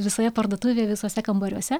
visoje parduotuvėje visuose kambariuose